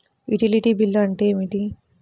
Utility bill అంటే ఏమిటి?